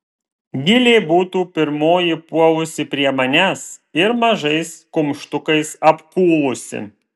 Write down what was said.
gilė būtų pirmoji puolusi prie manęs ir mažais kumštukais apkūlusi